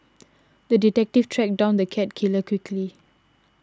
the detective tracked down the cat killer quickly